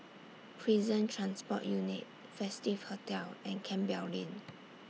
Prison Transport Unit Festive Hotel and Campbell Lane